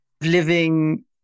living